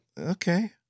okay